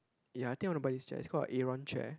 ya I think I want to buy this chair it's called a aeron chair